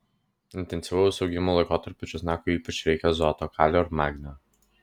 intensyvaus augimo laikotarpiu česnakui ypač reikia azoto kalio ir magnio